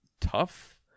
tough